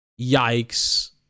Yikes